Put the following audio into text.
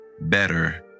better